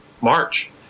March